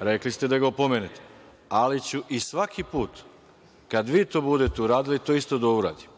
ne.)Rekli ste – „da ga opomenete“, ali ću i svaki put kad vi to budete uradili to isto da uradim,